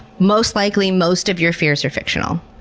most likely most of your fears are fictional.